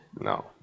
No